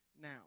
now